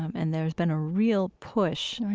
um and there's been a real push right.